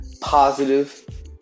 positive